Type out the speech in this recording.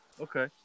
okay